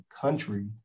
country